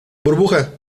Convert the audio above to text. burbuja